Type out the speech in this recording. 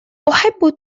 أحب